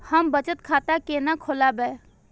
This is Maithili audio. हम बचत खाता केना खोलैब?